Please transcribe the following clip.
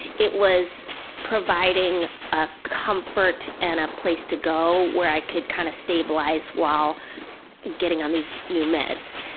it was providing a comfort and a place to go where i could kind of stabilize while getting on these new meds.